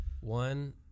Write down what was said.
One